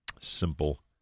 Simple